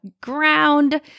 ground